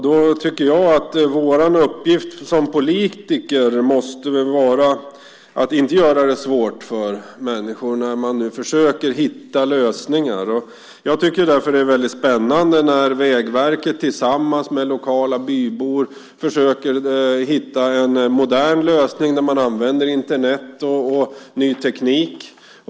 Då tycker jag att vår uppgift som politiker måste vara att inte göra det svårt för människor när de nu försöker hitta lösningar. Jag tycker därför att det är väldigt spännande när Vägverket tillsammans med lokala bybor försöker hitta en modern lösning där man använder Internet och ny teknik.